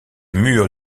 mur